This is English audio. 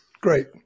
great